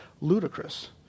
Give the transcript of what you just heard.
ludicrous